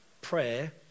prayer